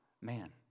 man